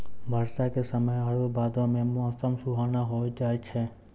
बरसा के समय आरु बादो मे मौसम सुहाना होय जाय छै